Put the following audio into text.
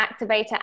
activator